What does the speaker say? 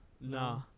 Nah